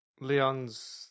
Leon's